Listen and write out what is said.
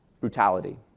brutality